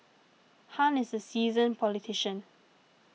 Han is a seasoned politician